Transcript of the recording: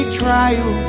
trial